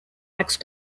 axe